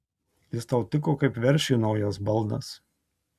jis tau tiko kaip veršiui naujas balnas